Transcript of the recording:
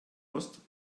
ost